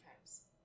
times